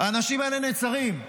האנשים האלה נעצרים.